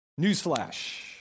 Newsflash